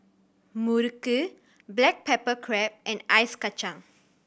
muruku black pepper crab and Ice Kachang